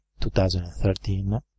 2013